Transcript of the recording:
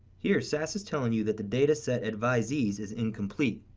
here sas is telling you that the data set advisees is incomplete.